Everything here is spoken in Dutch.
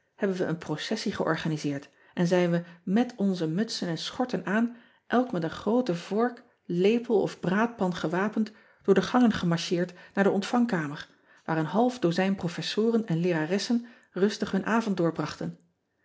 hebben we een processie georganiseerd en zijn we met onze mutsen en schorten aan elk met een groote work lepel of braadpan gewapend door de gangen gemarcheerd naar de ontvangkamer waar een half dozijn professoren en leeraressen rustig hun avond